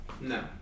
No